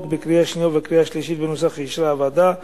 בקריאה השנייה ובקריאה השלישית בנוסח שאישרה הוועדה.